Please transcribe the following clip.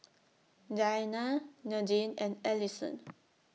Diana Nadine and Ellison